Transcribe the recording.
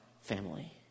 family